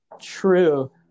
True